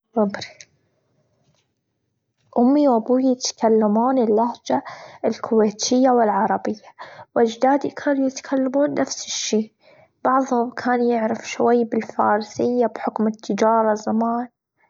أمي وأبوي يتشكلمون اللغة الكويتشية، والعربية، وأجدادي كانوا يتكلمون نفسي الشي بعظهم كان يعرف شوي بالفارسية بحكم التجارة زمان.